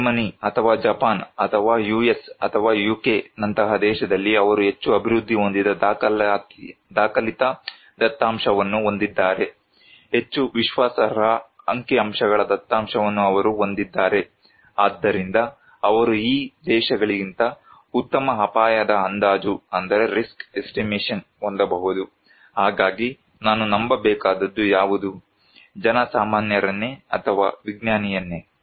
Germany ಅಥವಾ Japan ಅಥವಾ US ಅಥವಾ ಯುಕೆ ನಂತಹ ದೇಶದಲ್ಲಿ ಅವರು ಹೆಚ್ಚು ಅಭಿವೃದ್ಧಿ ಹೊಂದಿದ ದಾಖಲಿತ ದತ್ತಾಂಶವನ್ನು ಹೊಂದಿದ್ದಾರೆ ಹೆಚ್ಚು ವಿಶ್ವಾಸಾರ್ಹ ಅಂಕಿಅಂಶಗಳ ದತ್ತಾಂಶವನ್ನು ಅವರು ಹೊಂದಿದ್ದಾರೆ ಆದ್ದರಿಂದ ಅವರು ಈ ದೇಶಗಳಿಗಿಂತ ಉತ್ತಮ ಅಪಾಯದ ಅಂದಾಜು ಹೊಂದಬಹುದು ಹಾಗಾಗಿ ನಾನು ನಂಬಬೇಕಾದದ್ದು ಯಾವುದು ಜನಸಾಮಾನ್ಯರನ್ನೇ ಅಥವಾ ವಿಜ್ಞಾನಿಯನ್ನೇ